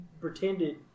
pretended